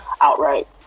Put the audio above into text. outright